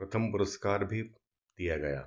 प्रथम पुरुस्कार भी दिया गया